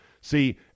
See